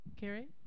Kerry